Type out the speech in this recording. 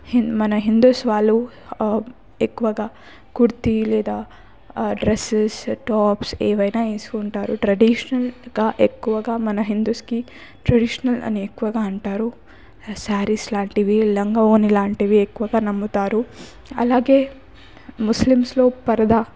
మన హిందూస్ వాళ్ళు ఎక్కువగా కుర్తా లేదా డ్రెస్సెస్ టాప్స్ ఏవైనా వేసుకుంటారు ట్రెడిషనల్గా ఎక్కువగా మన హిందూస్కి ట్రెడిషనల్ అని ఎక్కువగా అంటారు సారీస్ లాంటివి లంగావోణి లాంటివి ఎక్కువగా నమ్ముతారు అలాగే ముస్లిమ్స్లో పరదా